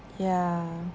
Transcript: ya